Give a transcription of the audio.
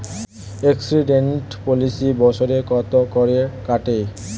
Accident policy বছরে কত করে কাটে?